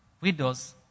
widows